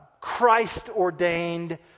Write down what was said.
Christ-ordained